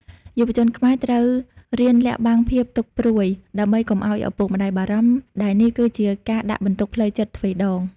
យុវជនខ្មែរត្រូវរៀនលាក់បាំងភាពទុក្ខព្រួយ ដើម្បីកុំឱ្យឪពុកម្តាយបារម្ភ ដែលនេះគឺជាការដាក់បន្ទុកផ្លូវចិត្តទ្វេដង។